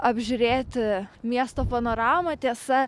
apžiūrėti miesto panoramą tiesa